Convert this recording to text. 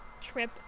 trip